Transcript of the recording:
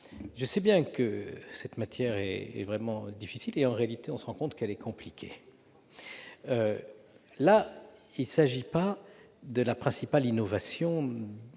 Je sais bien que cette matière est vraiment difficile et, en réalité, on se rend compte qu'elle est compliquée. Il ne s'agit pas ici de la principale innovation